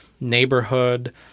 neighborhood